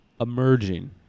emerging